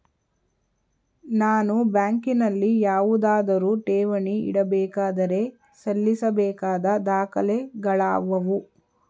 ನಾನು ಬ್ಯಾಂಕಿನಲ್ಲಿ ಯಾವುದಾದರು ಠೇವಣಿ ಇಡಬೇಕಾದರೆ ಸಲ್ಲಿಸಬೇಕಾದ ದಾಖಲೆಗಳಾವವು?